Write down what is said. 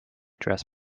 dress